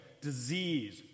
disease